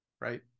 right